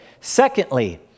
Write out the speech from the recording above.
Secondly